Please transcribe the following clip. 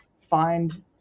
find